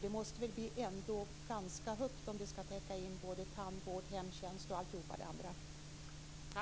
Den måste väl bli ganska stor, om den skall täcka tandvård, hemtjänst och allt det andra.